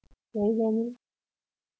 can you hear me